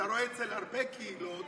אצל הרבה קהילות